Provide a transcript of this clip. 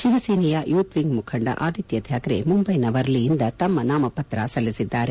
ತಿವಸೇನೆಯ youth wing ಮುಖಂಡ ಆದಿತ್ತ ಥ್ಲಾಕರೆ ಮುಂಬೈನ ವರ್ಲಿಯಿಂದ ತಮ್ಮ ನಾಮಪತ್ರ ಸಲ್ಲಿಸಿದ್ದಾರೆ